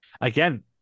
Again